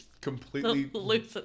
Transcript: completely